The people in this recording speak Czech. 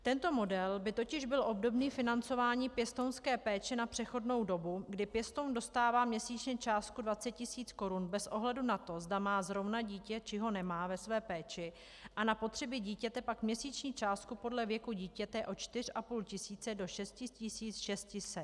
Tento model by totiž byl obdobný financování pěstounské péče na přechodnou dobu, kdy pěstoun dostává měsíčně částku 20 000 korun bez ohledu na to, zda má zrovna dítě, či ho nemá ve své péči, a na potřeby dítěte pak měsíční částku podle věku dítěte od 4,5 tisíce do 6 600.